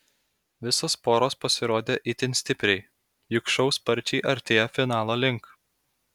visos poros pasirodė itin stipriai juk šou sparčiai artėja finalo link